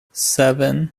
seven